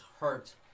hurt